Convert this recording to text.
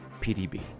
PDB